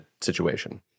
situation